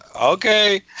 Okay